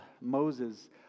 Moses